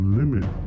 limit